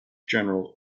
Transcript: general